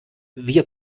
wir